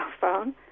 phone